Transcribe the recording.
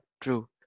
true